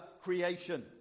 creation